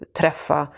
träffa